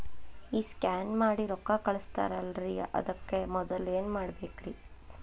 ಈ ಸ್ಕ್ಯಾನ್ ಮಾಡಿ ರೊಕ್ಕ ಕಳಸ್ತಾರಲ್ರಿ ಅದಕ್ಕೆ ಮೊದಲ ಏನ್ ಮಾಡ್ಬೇಕ್ರಿ?